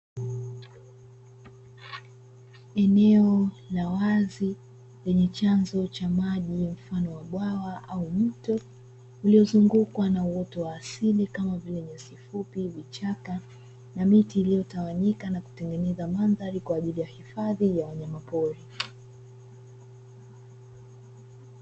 Eneo la wazi lenye chanzo cha maji mfano wa bwawa au mto uliozungukwa na uoto wa asili kama vile nyasi fupi, vichaka na miti iliyotawanyika na kutengeneza madhari kwa ajili ya hifadhi ya wanyamapori.